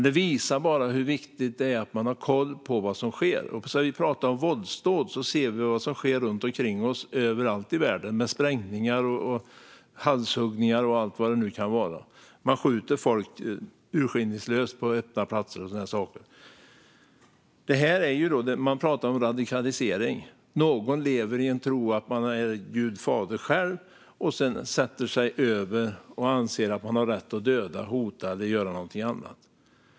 Det visar hur viktigt det är att ha koll på vad som sker. Om vi talar om våldsdåd ser vi vad som sker runt omkring oss överallt i världen, med sprängningar, halshuggningar och annat. Man skjuter till exempel folk urskillningslöst på öppna platser. Vi kallar det radikalisering. Någon lever i tron att man är Gud fader själv och sätter sig sedan över andra och anser att man har rätt att döda, hota eller göra något annat.